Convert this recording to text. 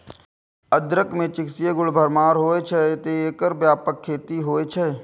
अदरक मे चिकित्सीय गुण के भरमार होइ छै, तें एकर व्यापक खेती होइ छै